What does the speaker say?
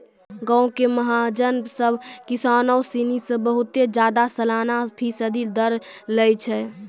गांवो के महाजन सभ किसानो सिनी से बहुते ज्यादा सलाना फीसदी दर लै छै